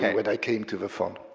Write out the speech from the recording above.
when i came to the fund.